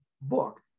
book